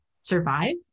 survive